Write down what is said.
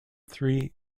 three